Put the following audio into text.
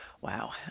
Wow